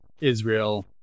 Israel